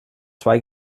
zwei